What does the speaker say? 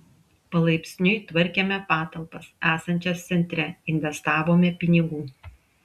palaipsniui tvarkėme patalpas esančias centre investavome pinigų